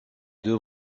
deux